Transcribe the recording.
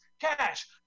Cash